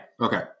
Okay